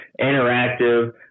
interactive